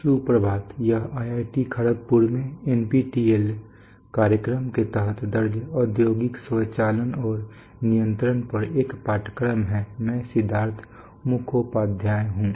सुप्रभात यह आईआईटी खड़गपुर में एनपीटीईएल कार्यक्रम के तहत दर्ज औद्योगिक स्वचालन और नियंत्रण पर एक पाठ्यक्रम है मैं सिद्धार्थ मुखोपाध्याय हूं